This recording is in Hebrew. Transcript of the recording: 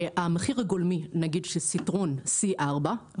סיטרואן C4,